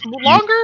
longer